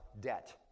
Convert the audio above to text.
debt